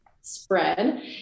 spread